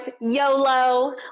YOLO